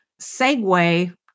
segue